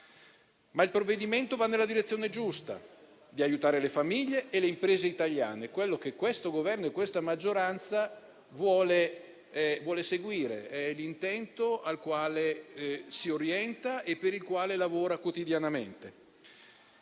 Il provvedimento va nella direzione giusta di aiutare le famiglie e le imprese italiane, quella che questo Governo e questa maggioranza vuole perseguire: è questo l'intento al quale si orienta e per il quale lavora quotidianamente.